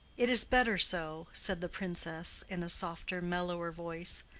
it is better so, said the princess, in a softer, mellower voice.